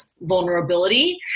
vulnerability